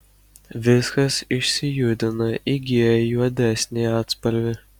viskas išsijudina įgyja juodesnį atspalvį